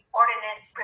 ordinance